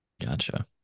Gotcha